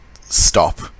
stop